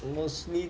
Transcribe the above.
mostly